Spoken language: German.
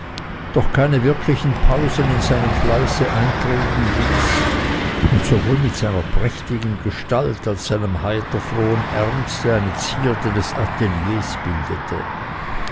doch keine wirklichen pausen in seinem fleiße eintreten ließ und sowohl mit seiner prächtigen gestalt als seinem heiter frohen ernste eine zierde der ateliers bildete